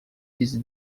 his